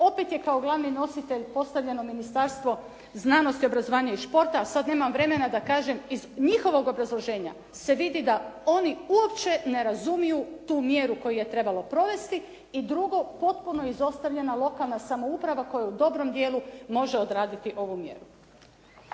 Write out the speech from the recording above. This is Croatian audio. opet je kao glavni nositelj postavljeno Ministarstvo znanosti, obrazovanja i športa, a sad nemam vremena da kažem iz njihovog obrazloženja se vidi da oni uopće ne razumiju tu mjeru koju je trebalo provesti. I drugo, potpuno je izostavljena lokalna samouprava koju u dobrom dijelu može odraditi ovu mjeru.